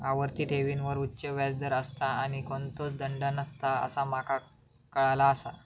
आवर्ती ठेवींवर उच्च व्याज दर असता आणि कोणतोच दंड नसता असा माका काळाला आसा